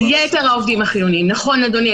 לגבי יתר העובדים החיוניים, נכון, אדוני.